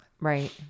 Right